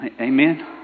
Amen